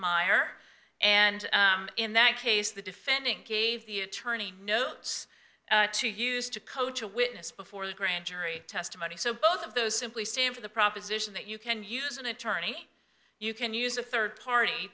meier and in that case the defendant gave the attorney notes to use to coach a witness before the grand jury testimony so both of those simply stand for the proposition that you can use an attorney you can use a third party